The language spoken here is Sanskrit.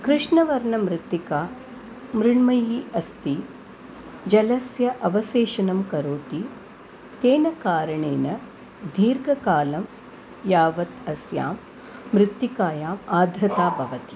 कृष्णवर्णमृत्तिका मृण्मयी अस्ति जलस्य अवशेषणं करोति तेन कारणेन दीर्घकालं यावत् अस्यां मृत्तिकायाम् आद्रता भवति